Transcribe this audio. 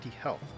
health